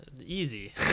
Easy